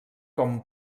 com